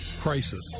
Crisis